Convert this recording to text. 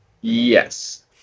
Yes